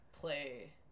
play